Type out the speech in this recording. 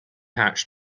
hatch